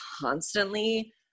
constantly